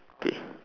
please